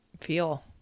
feel